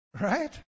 right